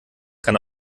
kann